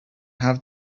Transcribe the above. have